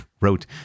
wrote